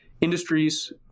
industries